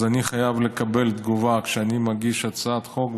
חייב לקבל תגובה כשאני מגיש הצעת חוק,